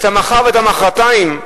את המחר ואת המחרתיים,